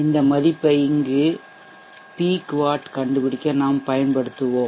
இந்த மதிப்பை இங்கு உச்ச வாட் பீக் வாட் கண்டுபிடிக்க நாம் பயன்படுத்துவோம்